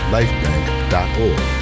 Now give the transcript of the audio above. LifeBank.org